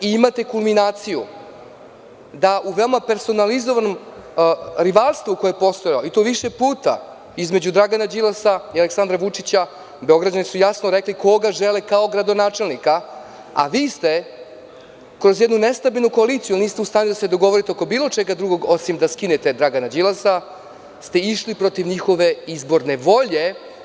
Imate kulminaciju da u veoma personalizovanom rivalstvu koje je postojalo, i to više puta, između Dragana Đilasa i Aleksandra Vučića, Beograđani su jasno rekli koga žele kao gradonačelnika, a vi kroz jednu nestabilnu koaliciju niste u stanju da se dogovorite oko bilo čega drugog osim da skinete Dragana Đilasa ste išli protiv njihove izborne volje.